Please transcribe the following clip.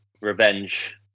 revenge